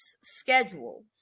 schedule